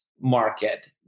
market